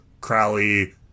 Crowley